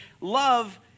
Love